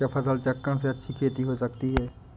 क्या फसल चक्रण से अच्छी खेती हो सकती है?